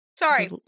sorry